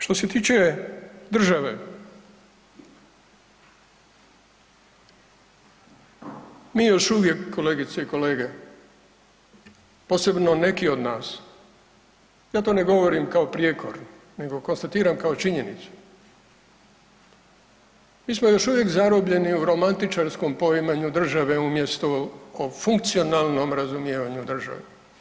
Što se tiče države, mi još uvijek kolegice i kolege, posebno neki od nas, ja to ne govorim kao prijekor nego konstatiram kao činjenicu, mi smo još uvijek zarobljeni u romantičarskom poimanju države umjesto u funkcionalnom razumijevanju države.